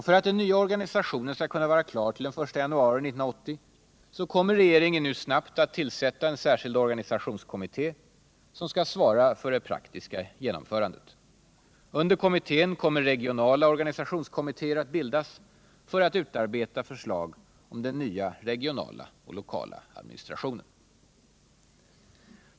För att den nya organisationen skall kunna vara klar till den 1 januari 1980 kommer regeringen nu snabbt att tillsätta en särskild organisationskommitté som skall svara för det praktiska genomförandet. Under kommittén kommer regionala organisationskommittéer att bildas för att utarbeta förslag om den nya regionala och lokala administrationen.